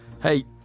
Hey